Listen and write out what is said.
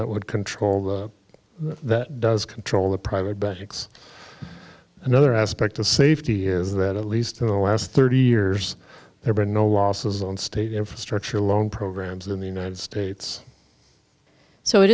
that would control the that does control the private banks another aspect of safety is that at least in the last thirty years there were no losses on state infrastructure loan programs in the united states so it